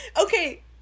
okay